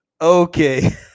okay